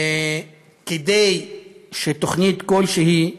כדי שתוכנית כלשהי תצליח,